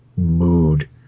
Mood